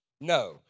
No